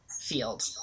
field